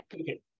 Okay